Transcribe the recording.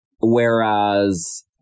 whereas